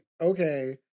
okay